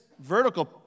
vertical